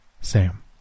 Sam